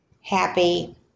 happy